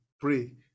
pray